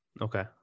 Okay